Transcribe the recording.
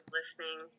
listening